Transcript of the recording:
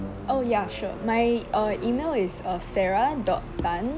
oh ya sure my uh email is uh sarah dot tan